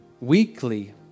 weekly